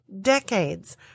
decades